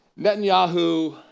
Netanyahu